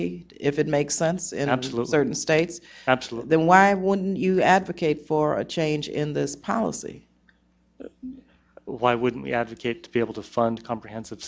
be if it makes sense and absolutely certain states absolute then why wouldn't you advocate for a change in this policy why wouldn't we advocate be able to fund comprehensive